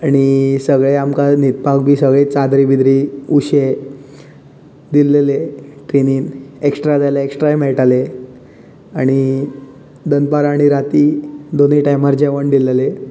आनी सगळें आमकां न्हिदपाक बी सगळें चादरी बिदरी उशें दिल्ललें ट्रेनीन एकश्ट्रा जाय आल्या एकश्ट्राय मेळटालें आनी दनपार आनी राती दोनूय टायमार जेवण दिल्ललें